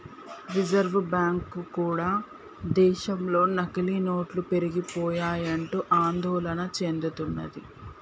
reserve bank కూడా దేశంలో నకిలీ నోట్లు పెరిగిపోయాయంటూ ఆందోళన చెందుతున్నది